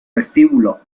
vestíbulo